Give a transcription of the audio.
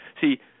See